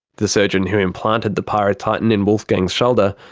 the surgeon who implanted the pyrotitan in wolfgang's shoulder,